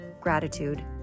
gratitude